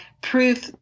proof